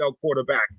quarterback